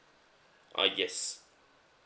uh yes